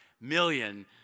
million